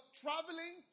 traveling